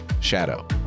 shadow